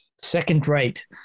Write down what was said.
second-rate